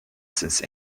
since